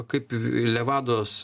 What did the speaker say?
kaip levados